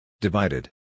Divided